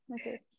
okay